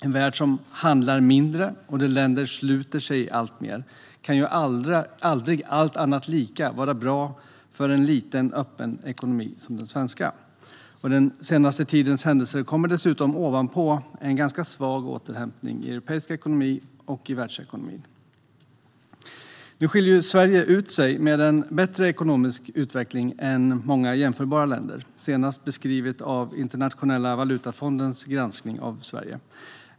En värld som handlar mindre och där länder sluter sig alltmer kan aldrig - allt annat lika - vara bra för en liten, öppen ekonomi som den svenska. Den senaste tidens händelser kommer dessutom ovanpå en ganska svag återhämtning i europeisk ekonomi och i världsekonomin. Sverige skiljer ut sig med en bättre ekonomisk utveckling än många jämförbara länder, senast beskrivet i Internationella valutafondens granskning av Sverige.